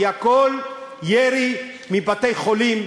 כי הכול ירי מבתי-חולים,